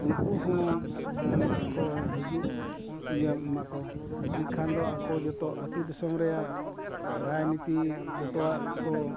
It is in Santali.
ᱩᱱᱠᱩ ᱦᱚᱸ ᱡᱮᱢᱚᱱ ᱠᱚ ᱦᱤᱡᱩᱜ ᱤᱭᱟᱹᱜ ᱢᱟᱠᱚ ᱮᱱᱠᱷᱟᱱ ᱫᱚ ᱟᱠᱚ ᱡᱚᱛᱚ ᱟᱛᱳᱼᱫᱤᱥᱚᱢ ᱨᱮᱭᱟᱜ ᱨᱟᱡᱽᱱᱤᱛᱤ ᱡᱚᱛᱚᱣᱟᱜ ᱠᱚ